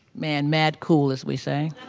man, mad cool as we say.